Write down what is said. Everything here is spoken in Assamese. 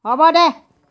হ'ব দে